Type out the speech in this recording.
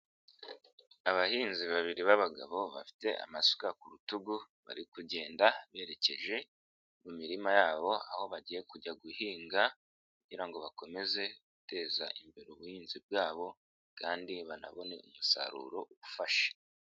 Abahinzi babiri b'abagabo bafite amasuka ku rutugu bari kugenda berekeje mu mirima yabo aho bagiye kujya guhinga kugira ngo bakomeze guteza imbere ubuhinzi bwabo kandi banabone umusaruro ufasha.